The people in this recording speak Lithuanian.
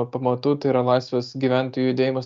pamatų tai yra laisvas gyventojų judėjimas